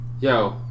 Yo